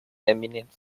eminent